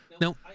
No